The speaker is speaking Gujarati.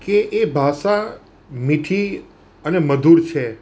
કે એ ભાષા મીઠી અને મધુર છે